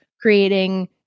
creating